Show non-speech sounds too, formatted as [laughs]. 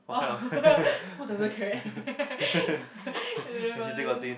!wah! [laughs] who doesn't carry that [laughs] it's damn funny